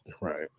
right